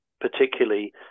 particularly